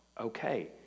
okay